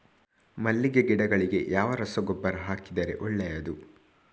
ಮಲ್ಲಿಗೆ ಗಿಡಗಳಿಗೆ ಯಾವ ರಸಗೊಬ್ಬರ ಹಾಕಿದರೆ ಒಳ್ಳೆಯದು?